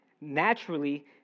naturally